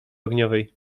ogniowej